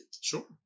Sure